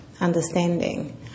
understanding